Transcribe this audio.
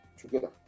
together